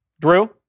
Drew